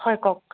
হয় কওক